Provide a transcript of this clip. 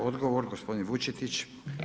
Odgovor gospodin Vučetić.